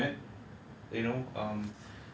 and even inspiring mentors who I've never met